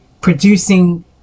Producing